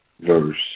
verse